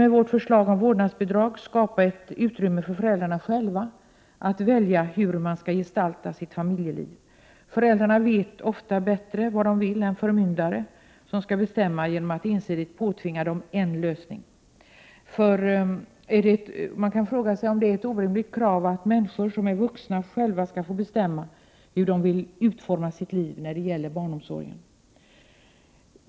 Med vårt förslag om vårdnadsbidrag vill vi skapa ett utrymme för föräldrar att själva välja hur familjelivet skall gestaltas. Föräldrarna vet ofta bättre hur de vill ha det än förmyndare som skall bestämma genom att ensidigt påtvinga föräldrarna en lösning. Man kan fråga sig om det är ett orimligt krav att vuxna människor själva skall få bestämma hur de vill utforma sitt liv när det gäller barnomsorgen.